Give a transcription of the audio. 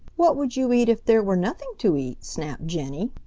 what would you eat if there were nothing to eat? snapped jenny.